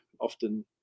often